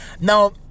Now